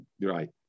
Right